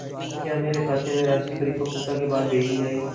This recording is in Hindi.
क्या मेरे खाते में राशि परिपक्वता के बाद भेजी जाएगी?